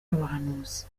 abahanuzi